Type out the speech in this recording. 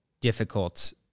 difficult